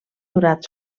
durat